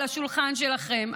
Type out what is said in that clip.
על השולחן שלכם.